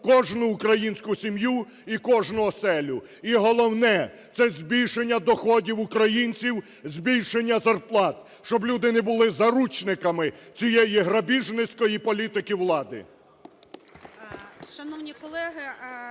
кожну українську сім'ю і кожну оселю. І головне – це збільшення доходів українців, збільшення зарплат, щоб люди не були заручниками цієї грабіжницької політики влади.